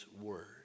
word